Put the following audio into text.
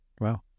Wow